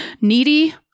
needy